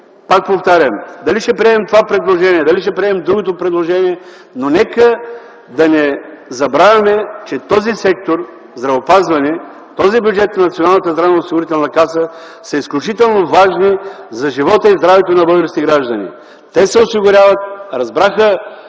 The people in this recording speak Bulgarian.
пак повтарям, дали ще приемем това предложение, дали ще приемем другото предложение, но нека да не забравяме, че този сектор – здравеопазване, този бюджет на Националната здравноосигурителна каса са изключително важни за живота и здравето на българските граждани. Те се осигуряват, разбраха,